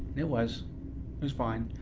it was it was fine.